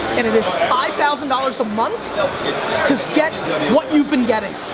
and it is five thousand dollars a month to get what you've been getting.